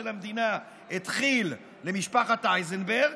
של המדינה את כי"ל למשפחת אייזנברג.